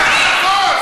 זה ממש, מה זה בסך הכול?